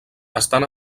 estan